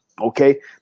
Okay